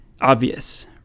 obvious